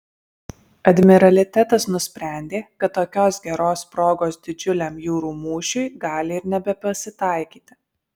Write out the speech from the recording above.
admiralitetas nusprendė kad tokios geros progos didžiuliam jūrų mūšiui gali ir nebepasitaikyti